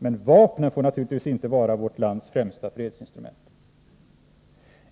Men vapnen får naturligtvis inte vara vårt lands främsta fredsinstrument.